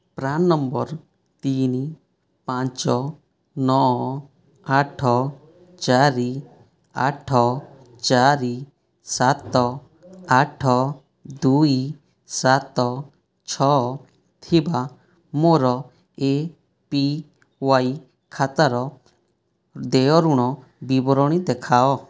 PRAN number ତିନି ପାଞ୍ଚ ନଅ ଆଠ ଚାରି ଆଠ ଚାରି ସାତ ଆଠ ଦୁଇ ସାତ ଛଅ ଥିବା ମୋର ଏ ପି ୱାଇ ଖାତାର ଦେଣନେଣ ବିବରଣୀ ଦେଖାଅ